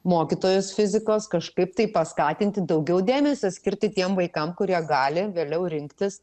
mokytojus fizikos kažkaip taip paskatinti daugiau dėmesio skirti tiem vaikam kurie gali vėliau rinktis